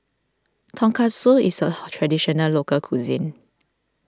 Tonkatsu is a Traditional Local Cuisine